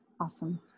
awesome